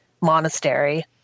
monastery